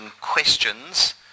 questions